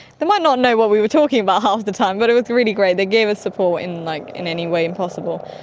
might not know what we were talking about half the time but it was really great, they gave us support in like in any way and possible.